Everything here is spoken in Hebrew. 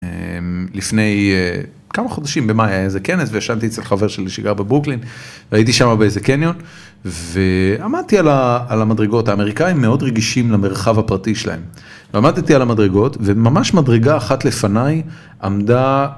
לפני כמה חודשים במאי היה איזה כנס וישבתי אצל חבר שלי שגר בברוקלין והייתי שם באיזה קניון, ועמדתי על המדרגות, האמריקאים מאוד רגישים למרחב הפרטי שלהם, ועמדתי על המדרגות וממש מדרגה אחת לפניי עמדה